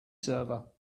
server